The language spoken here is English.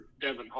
Devin